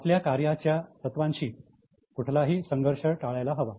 आपल्या कार्याच्या तत्वांशी कुठलाही संघर्ष टाळायला हवा